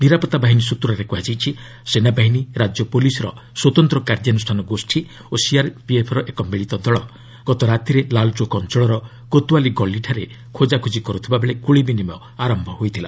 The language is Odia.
ନିରାପତ୍ତା ବାହିନୀ ସ୍ୱତ୍ରରେ କୁହାଯାଇଛି ସେନାବାହିନୀ ରାଜ୍ୟ ପୁଲିସ୍ର ସ୍ୱତନ୍ତ୍ର କାର୍ଯ୍ୟାନୁଷ୍ଠାନ ଗୋଷୀ ଓ ସିଆର୍ପିଏଫ୍ର ଏକ ମିଳିତ ଦଳ ଗତରାତିରେ ଲାଲ୍ଚୌକ୍ ଅଞ୍ଚଳର କୋତ୍ୱାଲୀ ଗଳିଠାରେ ଖୋଜାକୋଜି କରୁଥିବାବେଳେ ଗୁଳି ବିନିମୟ ଆରମ୍ଭ ହୋଇଥିଲା